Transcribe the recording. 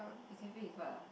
the cafes is what ah